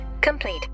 complete